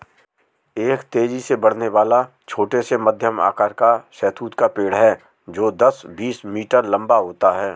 एक तेजी से बढ़ने वाला, छोटा से मध्यम आकार का शहतूत का पेड़ है जो दस, बीस मीटर लंबा होता है